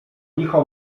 licho